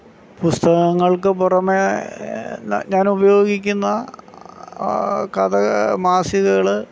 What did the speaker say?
പുസ്തകങ്ങള്ക്ക് പുറമേ ഞാൻ ഉപയോഗിക്കുന്ന കഥ മാസികകൾ